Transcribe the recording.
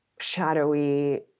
shadowy